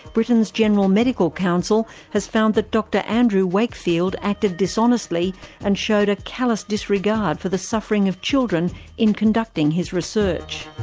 britain's general medical council has found that dr andrew wakefield acted dishonestly and showed a callous disregard for the suffering of children in conducting his research.